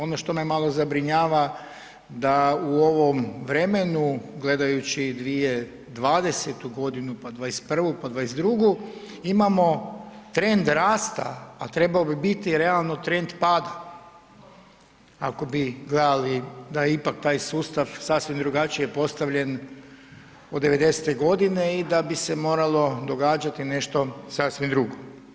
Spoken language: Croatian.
Ono što me malo zabrinjava da u ovom vremenu gledajući 2020.godinu, pa '21. pa '22. imamo trend rasta, a trebao bi realno trend pada ako bi gledali da ipak taj sustav sasvim drugačije postavljen od '90.-te godine i da bi se moralo događati nešto sasvim drugo.